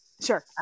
sure